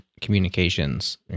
communications